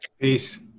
Peace